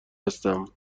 هستم